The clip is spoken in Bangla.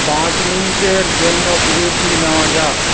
পাঁচ মিনিটের জন্য বিরতি নেওয়া যাক